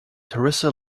teresa